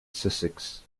sussex